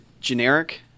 generic